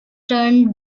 turn